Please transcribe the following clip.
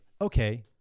okay